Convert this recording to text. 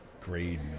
grade